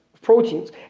proteins